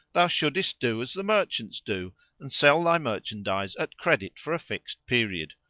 thou shouldest do as the merchants do and sell thy merchandise at credit for a fixed period,